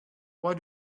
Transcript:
why